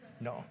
No